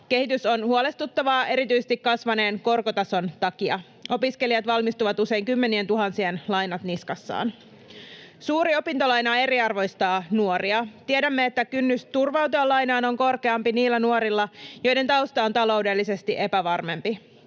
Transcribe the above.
Kehitys on huolestuttavaa erityisesti kasvaneen korkotason takia. Opiskelijat valmistuvat usein kymmenientuhansien lainat niskassaan. Suuri opintolaina eriarvoistaa nuoria. Tiedämme, että kynnys turvautua lainaan on korkeampi niillä nuorilla, joiden tausta on taloudellisesti epävarmempi.